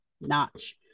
notch